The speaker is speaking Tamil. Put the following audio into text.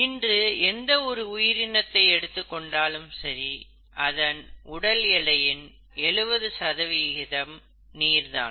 இன்று எந்த ஒரு உயிரினத்தை எடுத்துக்கொண்டாலும் சரி அதன் உடல் எடையின் 70 சதவிகிதம் நீர்தான்